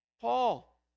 Paul